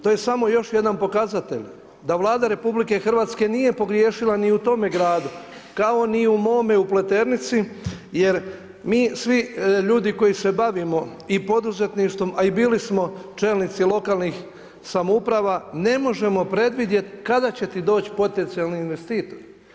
To je samo još jedan pokazatelj da Vlada Republike Hrvatske nije pogriješila ni u tome gradu kao ni u mome u Pleternici, jer mi svi ljudi koji se bavimo i poduzetništvom, a i bili smo čelnici lokalnih samouprava ne možemo predvidjeti kada će ti doći potencijalni investitor.